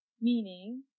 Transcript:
meaning